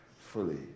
fully